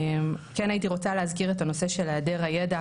כן הייתי רוצה להזכיר את הנושא של היעדר הידע